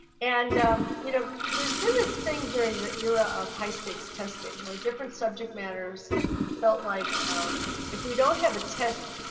and you know, there's been a thing during the era of high stakes testing where different subject matters felt like if we don't have a test,